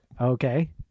Okay